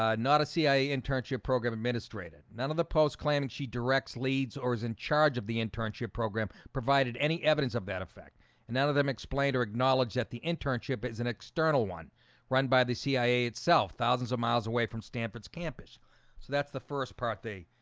ah not a cia internship program administrator none of the post claiming she directs leads or is in charge of the internship program provided any evidence of that effect and none of them explained or acknowledged that the internship is an external one run by the cia itself thousands of miles away from stanford's campus. so that's the first part they